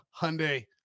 Hyundai